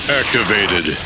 activated